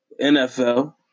NFL